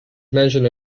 mentioned